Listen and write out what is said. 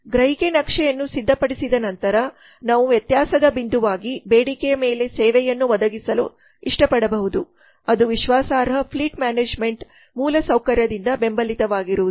ಗ್ರಹಿಕೆ ನಕ್ಷೆಯನ್ನು ಸಿದ್ಧಪಡಿಸಿದ ನಂತರ ನಾವುವ್ಯತ್ಯಾಸದ ಬಿಂದುವಾಗಿ ಬೇಡಿಕೆಯ ಮೇಲೆ ಸೇವೆಯನ್ನು ಒದಗಿಸಲು ಇಷ್ಟಪಡಬಹುದು ಅದು ವಿಶ್ವಾಸಾರ್ಹ ಫ್ಲೀಟ್ ಮ್ಯಾನೇಜ್ಮೆಂಟ್ ಮೂಲಸೌಕರ್ಯದಿಂದ ಬೆಂಬಲಿತವಾಗಿರುವುದು